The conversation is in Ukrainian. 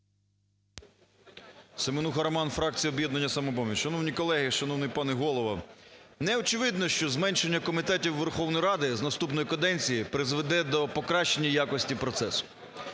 Семенуха Роман, фракція "Об'єднання "Самопоміч". Шановні колеги! Шановний пане Голово! Не очевидно, що зменшення комітетів Верховної Ради з наступної каденції призведе до покращення якості процесу.